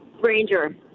Ranger